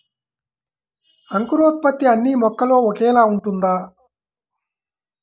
అంకురోత్పత్తి అన్నీ మొక్కలో ఒకేలా ఉంటుందా?